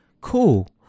cool